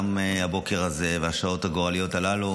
גם בבוקר הזה ובשעות הגורליות הללו